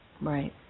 Right